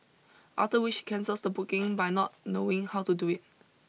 after which he cancels the booking by not knowing how to do it